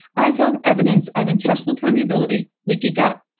i found evidence of intestinal permeability, leaky gut,